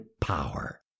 power